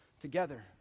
together